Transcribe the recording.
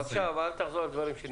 בבקשה, אבל אל תחזור על דברים שנאמרו.